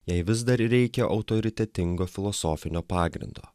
jai vis dar reikia autoritetingo filosofinio pagrindo